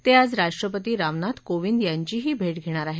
ते आज राष्ट्रपती रामनाथ कोविंद यांचीही भेट घेणार आहेत